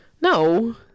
No